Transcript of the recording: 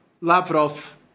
Lavrov